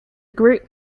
group